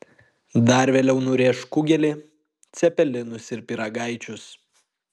dar vėliau nurėš kugelį cepelinus ir pyragaičius